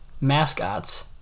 mascots